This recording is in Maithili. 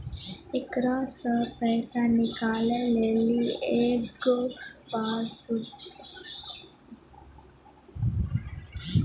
एकरा से पैसा निकालै के लेली एगो गुप्त पासवर्ड होय छै